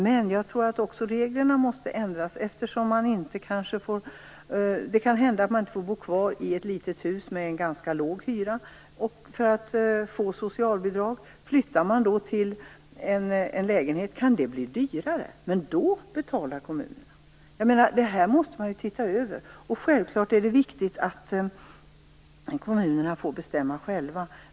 Det kan hända att människor för att få socialbidrag inte får bo kvar i ett litet hus med ganska låg hyra. Flyttar de till en lägenhet kan det bli dyrare, men då betalar kommunerna. Detta måste man se över. Självklart är det viktigt att kommunerna får bestämma själva.